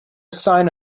sign